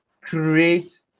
create